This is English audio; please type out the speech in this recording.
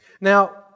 Now